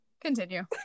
Continue